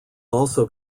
also